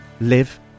live